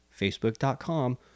facebook.com